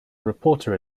reporter